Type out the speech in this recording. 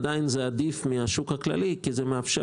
עדיין זה עדיף מהשוק הכללי כי זה מאפשר